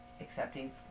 Accepting